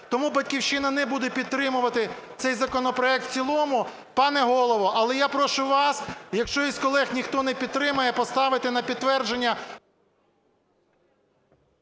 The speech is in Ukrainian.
Тому "Батьківщина" не буде підтримувати цей законопроект в цілому. Пане Голово, але я прошу вас, якщо з колег ніхто не підтримає, поставити на підтвердження…